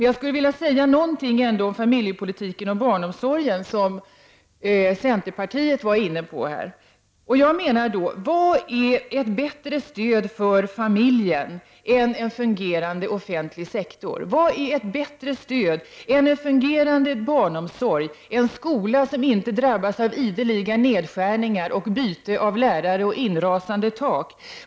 Jag skulle emellertid vilja säga något om familjepolitiken och barnomsorgen, vilket centerns representant tog upp. Vad är ett bättre stöd för familjen än en fungerande offentlig sektor? Vad är ett bättre stöd än en fungerande barnomsorg, en skola som inte drabbas av ideliga nedskärningar, inrasande tak och byten av lärare?